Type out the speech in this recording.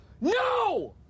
no